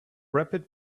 rapid